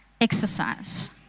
exercise